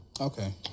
Okay